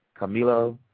Camilo